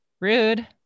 Rude